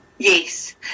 Yes